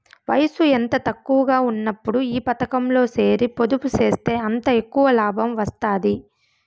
వయసు ఎంత తక్కువగా ఉన్నప్పుడు ఈ పతకంలో సేరి పొదుపు సేస్తే అంత ఎక్కవ లాబం వస్తాది